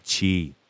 Chi